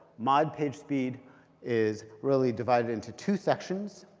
mod pagespeed is really divided into two sections.